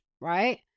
right